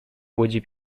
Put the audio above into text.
łodzi